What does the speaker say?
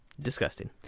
Disgusting